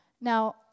Now